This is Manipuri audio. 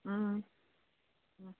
ꯎꯝ ꯎꯝ